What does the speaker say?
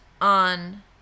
on